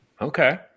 Okay